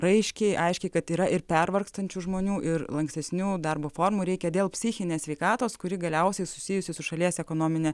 raiškiai aiškiai kad yra ir pervargstančių žmonių ir lankstesnių darbo formų reikia dėl psichinės sveikatos kuri galiausiai susijusi su šalies ekonomine